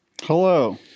hello